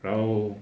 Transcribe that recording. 然后